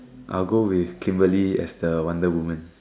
I'll go with Kimberly as the wonder-woman